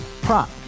Prop